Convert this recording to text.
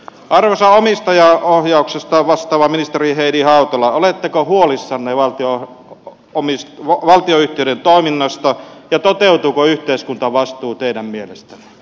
arvoisa omistajaohjauksesta vastaava ministeri heidi hautala oletteko huolissanne valtionyhtiöiden toiminnasta ja toteutuuko yhteiskuntavastuu teidän mielestänne